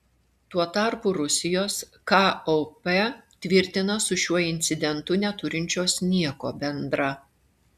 tuo tarpu rusijos kop tvirtina su šiuo incidentu neturinčios nieko bendra